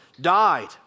died